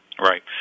Right